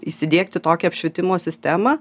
įsidiegti tokią apšvietimo sistemą